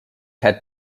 had